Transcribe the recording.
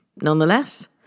Nonetheless